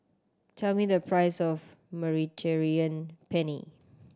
tell me the price of Mediterranean Penne